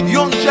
Young